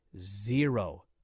zero